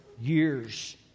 years